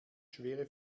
schwere